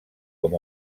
com